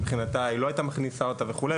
שמבחינתה היא לא הייתה מכניסה אותו וכולי.